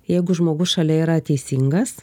jeigu žmogus šalia yra teisingas